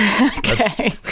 Okay